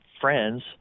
friends